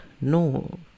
no